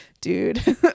Dude